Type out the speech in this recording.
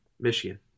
Michigan